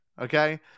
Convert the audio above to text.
okay